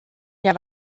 der